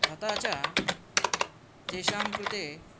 तथा च तेषां कृते